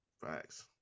Facts